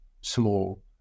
small